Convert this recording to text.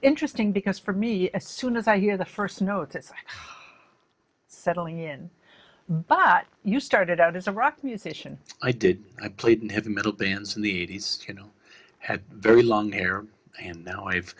interesting because for me as soon as i hear the first notice settling in but you started out as a rock musician i did i played in the middle dance in the eighty's you know had very long hair and now i